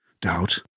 doubt